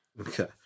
Okay